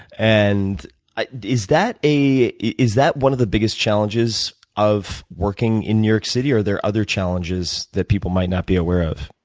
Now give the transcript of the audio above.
and ah is that is that one of the biggest challenges of working in new york city? or are there other challenges that people might not be aware of?